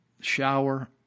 shower